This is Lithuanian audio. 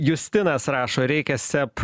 justinas rašo reikia seb